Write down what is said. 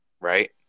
right